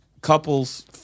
Couples